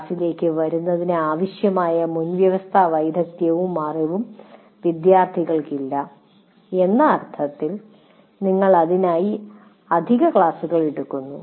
ക്ലാസ്സിലേക്ക് വരുന്നതിന് ആവശ്യമായ മുൻവ്യവസ്ഥാ വൈദഗ്ധ്യവും അറിവും വിദ്യാർത്ഥികൾക്ക് ഇല്ല എന്ന അർത്ഥത്തിൽ നിങ്ങൾ അതിനായി അധിക ക്ലാസുകൾ എടുക്കുന്നു